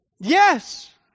yes